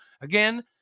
Again